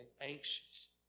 anxious